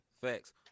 Facts